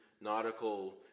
nautical